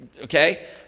okay